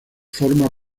forma